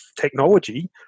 technology